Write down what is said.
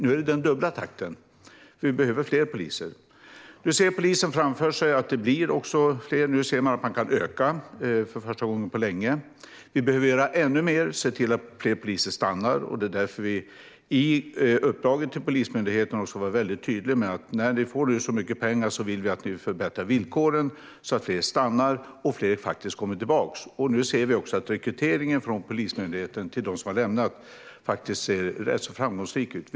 Nu är det den dubbla takten, för vi behöver fler poliser. Nu ser polisen framför sig att de blir fler. Nu ser de att de kan öka för första gången på länge. Vi behöver göra ännu mer och se till att fler poliser stannar. Det är därför vi i uppdraget till Polismyndigheten var väldigt tydliga: När ni nu får så mycket pengar vill vi att ni förbättrar villkoren så att fler stannar och att fler kommer tillbaka. Nu ser vi också att rekryteringen till Polismyndigheten från dem som har lämnat yrket ser rätt så framgångsrik ut.